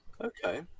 okay